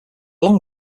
long